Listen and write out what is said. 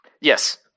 Yes